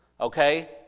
Okay